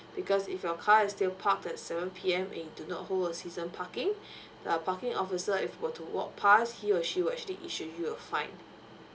because if your car is still parked at seven P_M and you do not hold a season parking the parking officer if were to walk pass he or she will actually issue you a fine